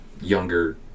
younger